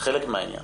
מהעניין